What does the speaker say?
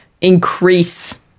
increase